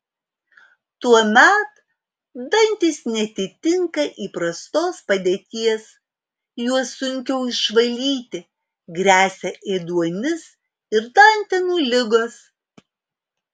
tuomet dantys neatitinka įprastos padėties juos sunkiau išvalyti gresia ėduonis ir dantenų ligos